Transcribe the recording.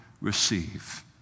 receive